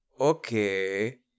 Okay